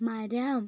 മരം